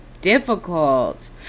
difficult